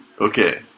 Okay